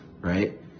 right